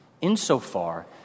insofar